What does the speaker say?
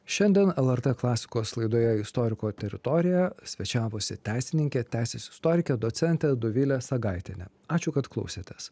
šiandien lrt klasikos laidoje istoriko teritorija svečiavosi teisininkė teisės istorikė docentė dovilė sagaitienė ačiū kad klausėtės